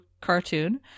cartoon